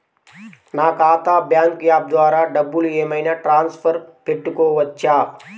నా ఖాతా bank app ద్వారా డబ్బులు ఏమైనా ట్రాన్స్ఫర్ పెట్టుకోవచ్చా?